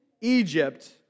Egypt